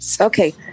Okay